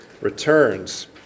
returns